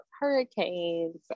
hurricanes